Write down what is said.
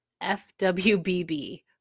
FWBB